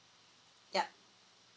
yup